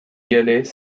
galets